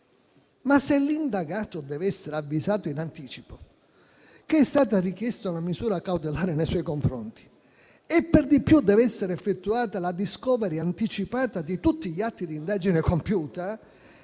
Ma se l'indagato deve essere avvisato in anticipo che è stata richiesta una misura cautelare nei suoi confronti e per di più deve essere effettuata la *discovery* anticipata di tutti gli atti di indagine compiuta,